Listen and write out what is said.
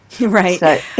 Right